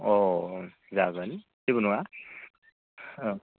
अ अ जागोन जेबो नङा